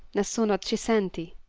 nessuno ci senti,